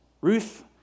Ruth